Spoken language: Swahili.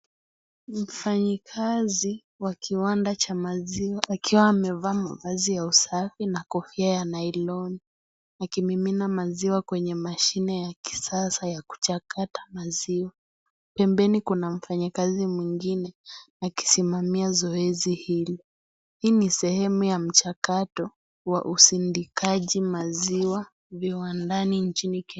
Mfanyakazi wa kiwanda cha maziwa akiwa amevaa mavazi ya usafi na kofia ya nailoni, akimimina maziwa kwenye mashine ya kisasa ya kuchakata maziwa. Pembeni kuna mfanyakazi mwingine akisimamia zoezi hili. Hii ni sehemu ya mchakato wa usindikaji maziwa viwandani nchini Kenya.